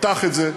פתח את זה,